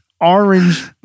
orange